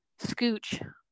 scooch